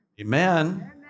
Amen